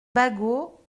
bagot